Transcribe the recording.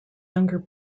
younger